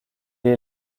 est